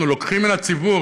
אנחנו לוקחים מן הציבור,